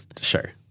sure